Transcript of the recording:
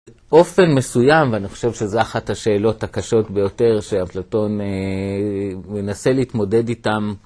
באופן מסוים, ואני חושב שזו אחת השאלות הקשות ביותר שאפלטון מנסה להתמודד איתן.